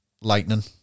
lightning